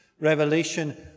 Revelation